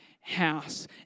house